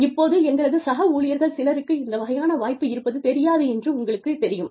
இப்போது எங்களது சக ஊழியர்கள் சிலருக்கு இந்த வகையான வாய்ப்பு இருப்பது தெரியாது என்று உங்களுக்குத் தெரியும்